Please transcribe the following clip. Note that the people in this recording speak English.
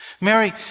Mary